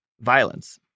Violence